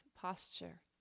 posture